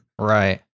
Right